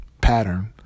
pattern